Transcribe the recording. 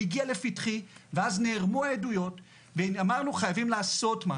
הוא הגיע לפתחי ואז נערמו העדויות ואמרנו שחייבים לעשות משהו.